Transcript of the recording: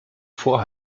vor